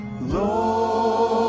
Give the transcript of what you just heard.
Lord